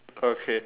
okay